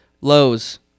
Lowe's